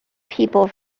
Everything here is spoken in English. people